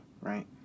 right